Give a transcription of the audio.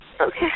Okay